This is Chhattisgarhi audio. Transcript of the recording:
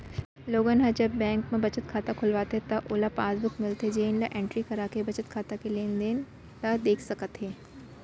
लोगन ह जब बेंक म बचत खाता खोलवाथे त ओला पासबुक मिलथे जेन ल एंटरी कराके बचत खाता के लेनदेन ल देख सकत हे